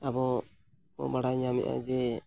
ᱟᱵᱚ ᱵᱚ ᱵᱟᱲᱟᱭ ᱧᱟᱢᱮᱜᱼᱟ ᱡᱮ